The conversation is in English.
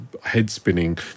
head-spinning